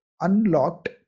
unlocked